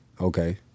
Okay